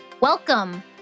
Welcome